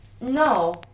No